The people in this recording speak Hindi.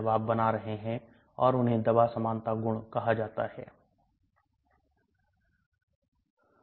अम्ल छोटी आंत के बाद के खंड में अधिक घुलनशील होते हैं क्योंकि यह क्षेत्र अधिक क्षारीय होता है